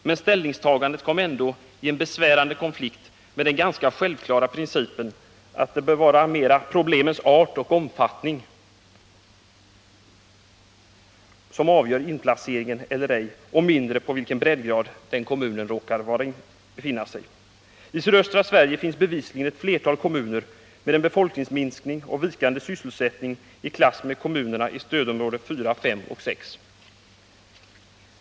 Men ställningstagandet kom ändå i en besvärande konflikt med den ganska självklara principen att det mera bör vara problemets art och omfattning som avgör inplacering eller ej och mindre vilken breddgrad kommunen råkar befinna sig på. I sydöstra Sverige finns bevisligen ett flertal kommuner med en befolkningsminskning och vikande sysselsättning i klass med kommunerna i stödområdena 4, 5 och 6.